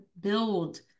build